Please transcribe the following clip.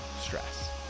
stress